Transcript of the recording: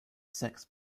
sex